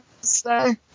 say